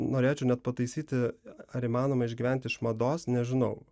norėčiau net pataisyti ar įmanoma išgyventi iš mados nežinau